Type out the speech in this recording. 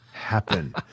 happen